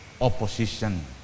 opposition